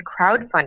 Crowdfunding